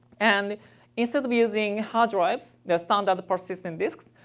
and instead of using hard drives, that standard persistent disks,